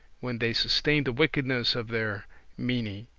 when they sustain the wickedness of their meinie.